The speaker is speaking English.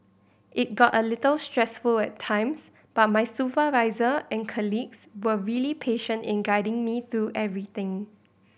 it got a little stressful at times but my supervisor and colleagues were really patient in guiding me through everything